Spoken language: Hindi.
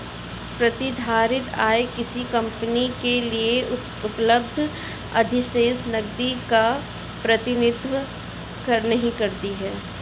प्रतिधारित आय किसी कंपनी के लिए उपलब्ध अधिशेष नकदी का प्रतिनिधित्व नहीं करती है